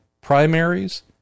primaries